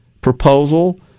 proposal